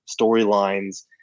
storylines